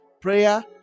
Prayer